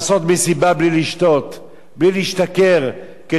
בלי להשתכר, כטוב לב המלך ביין,